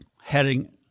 heading